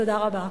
תודה רבה.